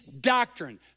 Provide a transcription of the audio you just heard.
doctrine